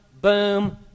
boom